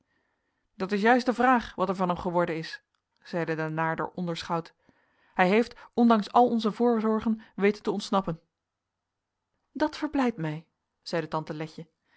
dat is juist de vraag wat er van hem geworden is zeide de naarder onderschout hij heeft ondanks al onze voorzorgen weten te ontsnappen dat verblijdt mij zeide tante letje